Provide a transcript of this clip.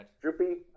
Droopy